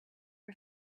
are